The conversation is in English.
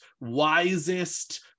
wisest